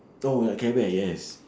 oh ya care bear yes